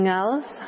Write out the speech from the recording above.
else